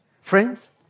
Friends